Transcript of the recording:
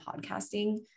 podcasting